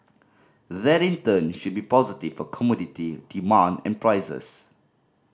that in turn should be positive for commodity demand and prices